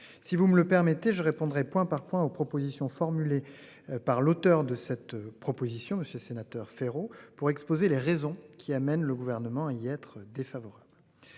Si vous me le permettez je répondrai point par point aux propositions formulées. Par l'auteur de cette proposition, monsieur sénateur Ferrero pour exposer les raisons qui amènent le gouvernement lui y être défavorable.